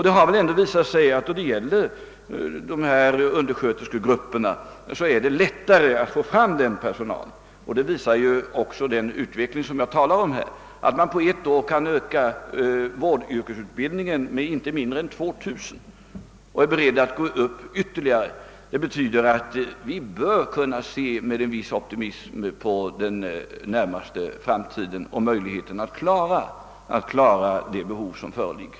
Det har visat sig lättare att få undersköterskor; det framgår av den utveckling som jag talade om, nämligen att man på ett år har kunnat öka vårdyrkesutbildningen med inte mindre än 2 000 personer och är beredd att gå upp ytterligare. Detta gör att vi med viss optimism bör kunna se den närmaste framtiden an i fråga om möjligheten att klara de behov som föreligger.